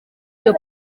iyo